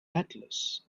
atlas